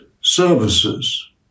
services